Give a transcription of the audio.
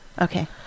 Okay